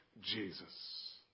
Jesus